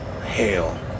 Hell